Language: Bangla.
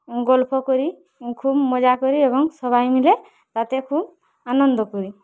গল্প করি এবং খুব মজা করি সবাই মিলে তাতে খুব আনন্দ করি